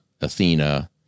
Athena